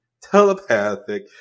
telepathic